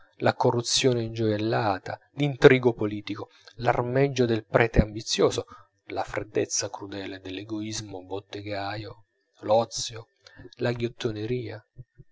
la corruzione ingioiellata l'intrigo politico l'armeggio del prete ambizioso la freddezza crudele dell'egoismo bottegaio l'ozio la ghiottoneria